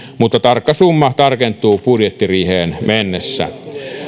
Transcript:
mutta tarkka summa tarkentuu budjettiriiheen mennessä